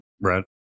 Brad